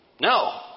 No